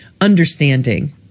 understanding